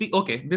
okay